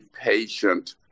patient